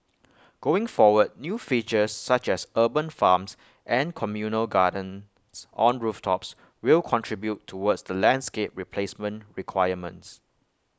going forward new features such as urban farms and communal gardens on rooftops will contribute towards the landscape replacement requirements